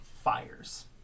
fires